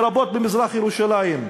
לרבות במזרח-ירושלים,